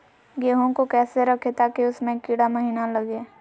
गेंहू को कैसे रखे ताकि उसमे कीड़ा महिना लगे?